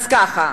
אז ככה,